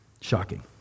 Shocking